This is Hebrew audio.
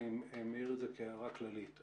אני מעיר את זה כהערה כללית.